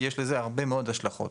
כי יש לזה הרבה מאוד השלכות.